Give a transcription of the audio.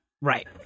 Right